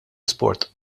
isport